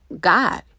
God